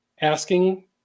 asking